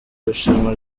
rushanwa